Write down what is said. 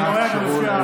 נא אפשרו,